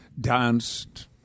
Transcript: danced